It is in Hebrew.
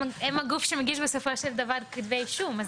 הם הגוף שבסופו של דבר מגיש כתבי אישום.